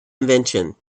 invention